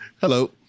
Hello